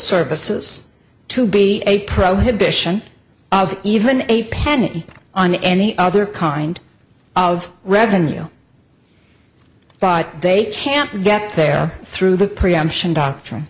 services to be a pro him bishan of even a penny on any other kind of revenue but they can't get there through the preemption doctrine